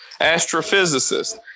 astrophysicist